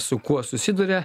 su kuo susiduria